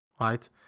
right